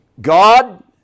God